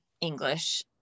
English